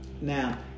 Now